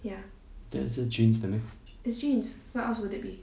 that's a jeans 的 meh